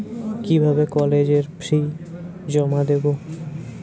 কিভাবে কলেজের ফি জমা দেবো?